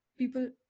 People